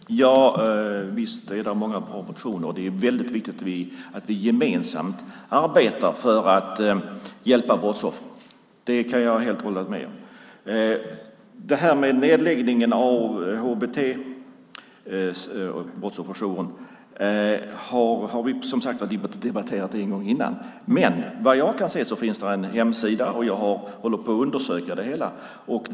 Fru talman! Visst är det många bra motioner, och det är väldigt viktigt att vi gemensamt arbetar för att hjälpa brottsoffer. Det kan jag helt hålla med om. Det här med nedläggningen av HBT-brottsofferjouren har vi som sagt debatterat en gång tidigare. Vad jag kan se finns det en hemsida, och jag håller på att undersöka det hela.